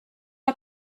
got